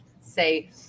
say